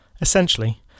essentially